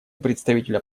представителя